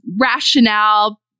rationale